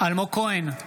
אלמוג כהן,